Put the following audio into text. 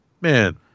man